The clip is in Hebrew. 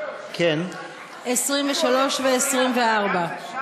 23 ו-24.